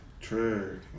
True